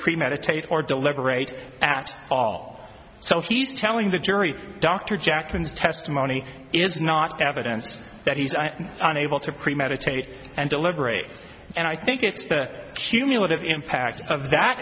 premeditated or deliberate acts all so he's telling the jury dr jackson's testimony is not evidence that he's unable to premeditate and deliberate and i think it's the cumulative impact of that